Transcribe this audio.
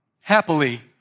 happily